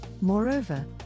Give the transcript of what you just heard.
Moreover